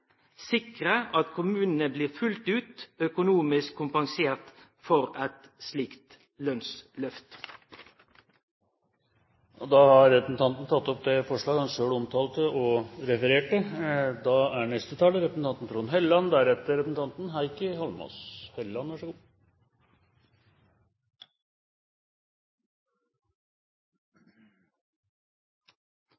sikre at kommunene blir fullt ut økonomisk kompensert for et slikt lønnsløft.» Representanten Gjermund Hagesæter har tatt opp det forslaget han omtalte og refererte.